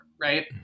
right